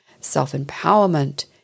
self-empowerment